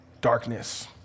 darkness